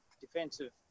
defensive